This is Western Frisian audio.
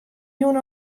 jûn